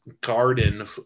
garden